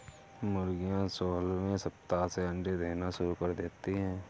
मुर्गियां सोलहवें सप्ताह से अंडे देना शुरू करती है